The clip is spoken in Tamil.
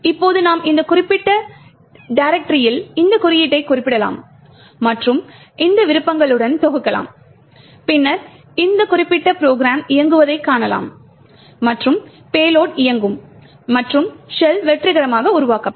இப்போது நாம் இந்த குறிப்பிட்ட டைரெக்டரில் இந்த குறியீட்டைக் குறிப்பிடலாம் மற்றும் இந்த விருப்பங்களுடன் தொகுக்கலாம் பின்னர் இந்த குறிப்பிட்ட ப்ரோகிராம் இயங்குவதைக் காணலாம் மற்றும் பேலோட் இயங்கும் மற்றும் ஷெல் வெற்றிகரமாக உருவாக்கப்படும்